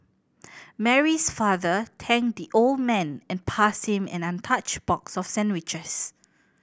Mary's father ten the old man and passed him an untouched box of sandwiches